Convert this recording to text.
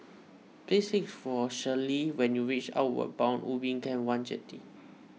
please for Shelly when you reach Outward Bound Ubin Camp one Jetty